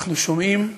אנחנו שומעים הצהרות,